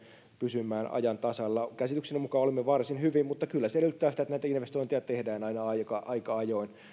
pysymään ajan tasalla käsitykseni mukaan olemmekin varsin hyvin mutta kyllä se edellyttää sitä että näitä investointeja tehdään aina aika aika ajoin